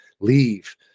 leave